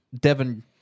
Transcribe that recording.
Devin